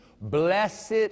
Blessed